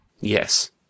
Yes